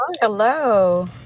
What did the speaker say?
Hello